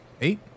Eight